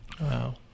Wow